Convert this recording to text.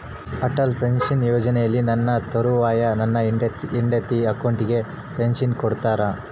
Atal pension ಯೋಜನೆಯಲ್ಲಿ ನನ್ನ ತರುವಾಯ ನನ್ನ ಹೆಂಡತಿ ಅಕೌಂಟಿಗೆ ಪೆನ್ಶನ್ ಕೊಡ್ತೇರಾ?